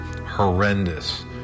horrendous